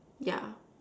yeah